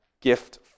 gift